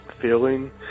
feeling